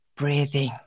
Breathing